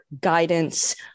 guidance